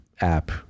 app